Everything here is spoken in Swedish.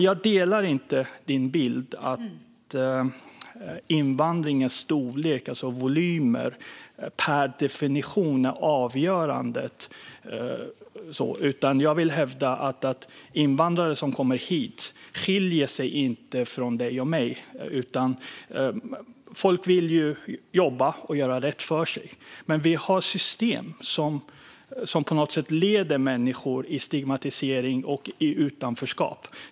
Jag delar dock inte din bild att invandringens storlek, alltså volymer, per definition är avgörande, Hanif. Jag vill i stället hävda att invandrare som kommer hit inte skiljer sig från dig och mig. Folk vill jobba och göra rätt för sig, men vi har system som på något sätt leder människor in i stigmatisering och utanförskap.